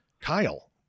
Kyle